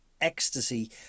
ecstasy